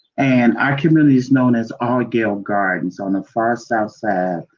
and our community's known as all gale gardens on the far south